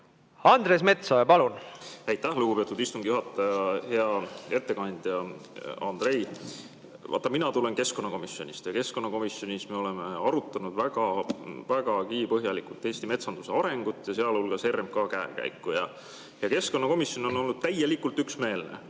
Andres Metsoja, palun! Aitäh, lugupeetud istungi juhataja! Hea ettekandja Andrei! Vaata, mina tulen keskkonnakomisjonist ja keskkonnakomisjonis me oleme arutanud vägagi põhjalikult Eesti metsanduse arengut ja sealhulgas RMK käekäiku. Ja keskkonnakomisjon on olnud täielikult üksmeelne